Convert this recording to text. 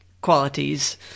qualities